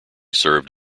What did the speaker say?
served